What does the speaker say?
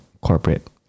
corporate